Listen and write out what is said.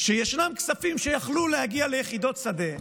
שיש כספים שיכלו להגיע ליחידות שדה,